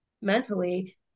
mentally